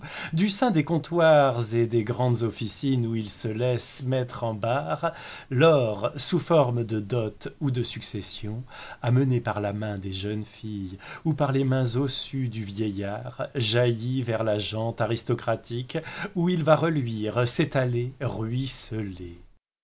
du sein des comptoirs et des grandes officines où il se laisse mettre en barres l'or sous forme de dots ou de successions amené par la main des jeunes filles ou par les mains ossues du vieillard jaillit vers la gent aristocratique où il va reluire s'étaler